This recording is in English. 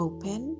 Open